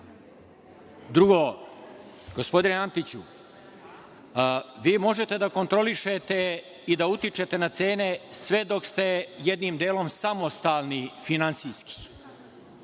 gospodine Antiću, vi možete da kontrolišete i da utičete na cene sve dok ste jednim delom samostalni finansijski,